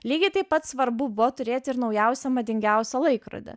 lygiai taip pat svarbu buvo turėt ir naujausią madingiausią laikrodį